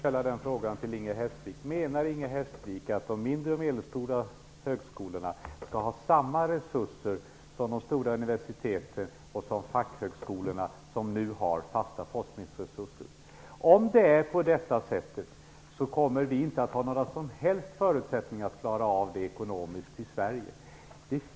Herr talman! Menar Inger Hestvik att de mindre och medelstora högskolorna skall ha samma resurser som de stora universitet och fackhögskolor som nu har fasta forskningsresurser? Det kommer vi inte att ha några som helst förutsättningar att klara ekonomiskt.